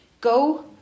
go